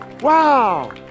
Wow